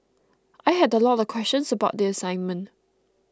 I had a lot of questions about the assignment